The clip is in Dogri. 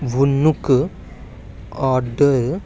बनुक आर्डर